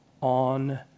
on